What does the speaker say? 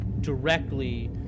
directly